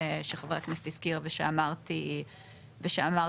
שחבר הכנסת הזכיר ושאמרתי קודם.